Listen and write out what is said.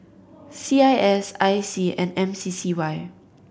C I S I C and M C C Y